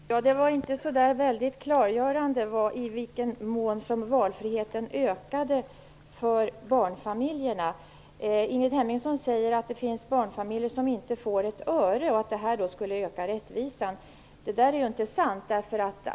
Fru talman! Det var inte så väldigt klargörande när det gäller i vilken mån valfriheten ökar för barnfamiljerna. Ingrid Hemmingsson sade att det finns barnfamiljer som inte får ett öre, och att detta förslag skulle öka rättvisan. Det är inte sant.